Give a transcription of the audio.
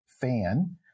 fan